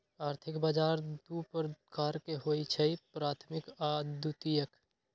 आर्थिक बजार दू प्रकार के होइ छइ प्राथमिक आऽ द्वितीयक